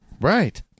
Right